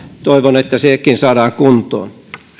toivon että sekin saadaan kuntoon